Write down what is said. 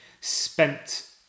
spent